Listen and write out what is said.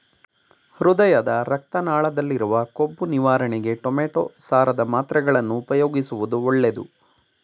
ಹೃದಯದ ರಕ್ತ ನಾಳದಲ್ಲಿರುವ ಕೊಬ್ಬು ನಿವಾರಣೆಗೆ ಟೊಮೆಟೋ ಸಾರದ ಮಾತ್ರೆಗಳನ್ನು ಉಪಯೋಗಿಸುವುದು ಒಳ್ಳೆದು